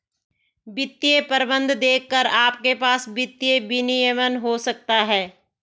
वित्तीय प्रतिबंध देखकर आपके पास वित्तीय विनियमन हो सकता है